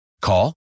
Call